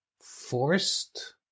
forced